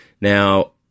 now